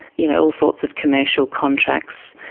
you know, all sorts of commercial contracts,